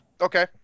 Okay